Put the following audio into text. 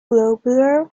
globular